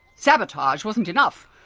sabotage wasn't enough!